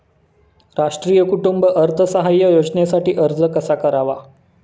राष्ट्रीय कुटुंब अर्थसहाय्य योजनेसाठी अर्ज कसा करावा?